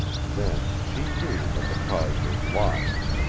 then she knew that the cause was lost,